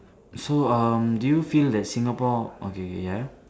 so um do you feel that Singapore okay K ya